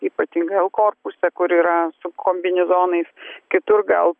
ypatingai l korpuse kur yra su kombinezonais kitur gal